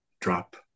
drop